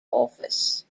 office